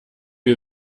wie